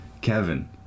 Kevin